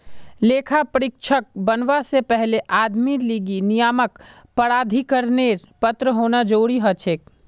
लेखा परीक्षक बनवा से पहले आदमीर लीगी नियामक प्राधिकरनेर पत्र होना जरूरी हछेक